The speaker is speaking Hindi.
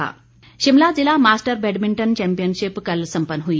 बैडमिंटन शिमला जिला मास्टर बैडमिंटन चैंपियनशिप कल सम्पन्न हुई